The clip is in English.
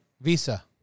Visa